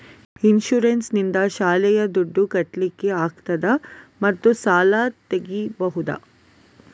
Insurance ನಿಂದ ಶಾಲೆಯ ದುಡ್ದು ಕಟ್ಲಿಕ್ಕೆ ಆಗ್ತದಾ ಮತ್ತು ಸಾಲ ತೆಗಿಬಹುದಾ?